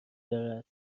دارد